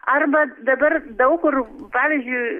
arba dabar daug kur pavyzdžiui